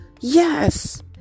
Yes